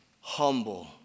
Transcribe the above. humble